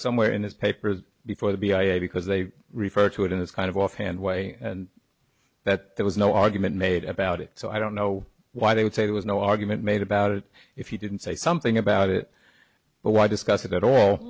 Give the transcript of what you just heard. somewhere in his papers before the b i a because they refer to it as kind of offhand way and that there was no argument made about it so i don't know why they would say there was no argument made about it if you didn't say something about it but why discuss it at all